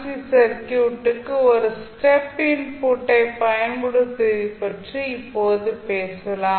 C சர்க்யூட்டுக்கு ஒரு step இன்புட்டை பயன்படுத்துவதைப் பற்றி இப்போது பேசலாம்